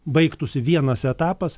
baigtųsi vienas etapas